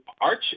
Arch